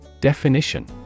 Definition